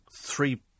three